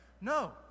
No